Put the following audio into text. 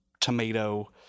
tomato